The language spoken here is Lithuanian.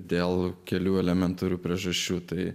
dėl kelių elementarių priežasčių tai